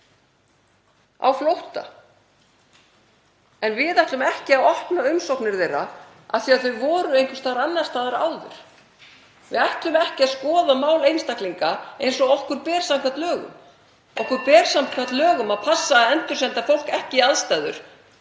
á flótta en við ætlum ekki að opna umsóknir þeirra af því að þau voru einhvers staðar annars staðar áður. Við ætlum ekki að skoða mál einstaklinga eins og okkur ber samkvæmt lögum. Okkur ber (Forseti hringir.) samkvæmt lögum að passa að endursenda fólk ekki í aðstæður